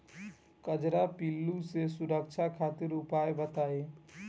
कजरा पिल्लू से सुरक्षा खातिर उपाय बताई?